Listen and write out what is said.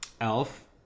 elf